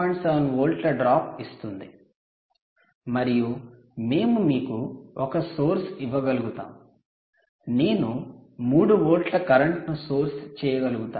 7 వోల్ట్ల డ్రాప్ ఇస్తుంది మరియు మేము మీకు ఒక సోర్స్ ఇవ్వగలుగుతాము నేను 3 వోల్ట్ల కరెంట్ను సోర్స్ చేయగలుగుతాను